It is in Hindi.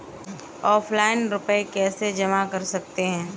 ऑफलाइन रुपये कैसे जमा कर सकते हैं?